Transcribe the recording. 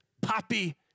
poppy